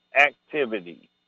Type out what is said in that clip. activity